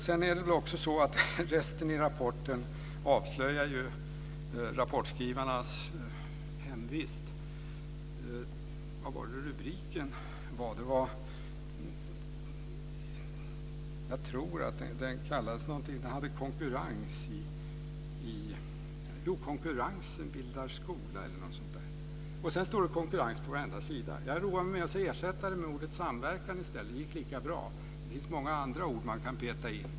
Sedan är det väl också så att resten av rapporten avslöjar rapportskrivarnas hemvist. Jag tror att rubriken var Konkurrensen bildar skola. Sedan står det konkurrens på varenda sida. Jag roade mig med att ersätta det med ordet samverkan i stället. Det gick lika bra. Det finns många andra ord man kan peta in.